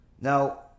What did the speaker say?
Now